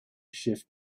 shift